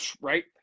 right